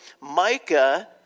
Micah